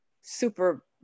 super